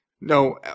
No